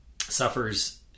suffers